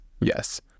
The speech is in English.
Yes